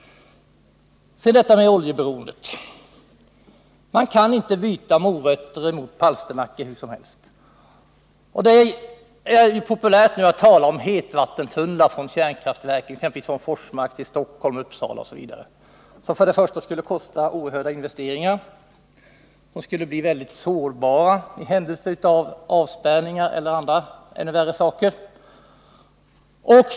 Så detta med oljeberoendet. Man kan inte byta morötter mot palsternackor hur som helst. Det är populärt att tala om hetvattentunnlar från kärnkraftverken, exempelvis från Forsmark till Uppsala och Stockholm. För det första skulle det betyda oerhörda investeringar. För det andra skulle vi bli väldigt sårbara i händelse av avspärrningar och andra värre saker.